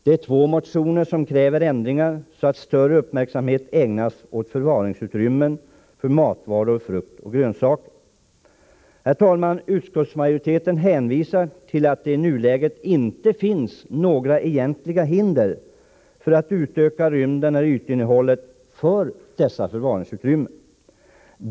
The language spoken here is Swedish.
I två motioner krävs ändringar så att större uppmärksamhet ägnas åt förvaringsutrymmen för matvaror, frukt och grönsaker. Utskottsmajoriteten hänvisar till att det i nuläget inte finns några egentliga hinder för att utöka rymden eller ytinnehållet i dessa förvaringsutrymmen.